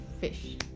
fish